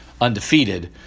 undefeated –